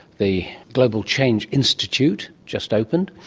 the global change institute, just opened.